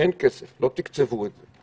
אמרו לי שאין כסף, שלא תקצבו את זה.